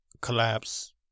collapse